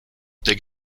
der